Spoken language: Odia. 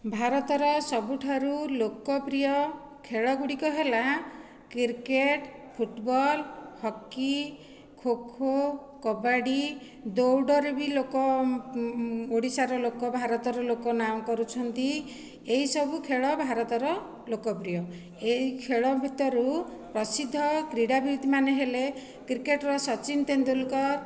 ଭାରତର ସବୁଠାରୁ ଲୋକପ୍ରିୟ ଖେଳ ଗୁଡ଼ିକ ହେଲା cricket football hockey kho kho kabaddi ଦୌଡ଼ରେ ବି ଲୋକ ଓଡ଼ିଶାର ଲୋକ ଭାରତର ଲୋକ ନାଁ କରୁଛନ୍ତି ଏହିସବୁ ଖେଳ ଭାରତର ଲୋକପ୍ରିୟ ଏହି ଖେଳ ଭିତରୁ ପ୍ରସିଦ୍ଧ କ୍ରୀଡ଼ାବିତମାନେ ହେଲେ କ୍ରିକେଟର ସଚିନ ତେନ୍ଦୁଲକର